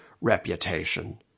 reputation